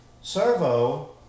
Servo